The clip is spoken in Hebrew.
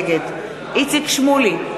נגד איציק שמולי,